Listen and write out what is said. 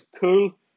cool